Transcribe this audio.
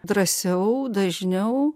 drąsiau dažniau